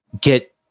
get